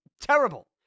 terrible